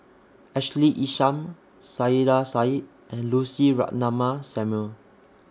Ashley Isham Saiedah Said and Lucy Ratnammah Samuel